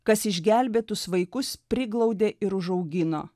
kas išgelbėtus vaikus priglaudė ir užaugino